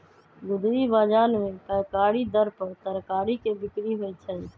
गुदरी बजार में पैकारी दर पर तरकारी के बिक्रि होइ छइ